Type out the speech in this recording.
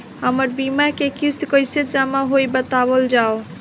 हमर बीमा के किस्त कइसे जमा होई बतावल जाओ?